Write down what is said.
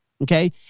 Okay